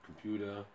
computer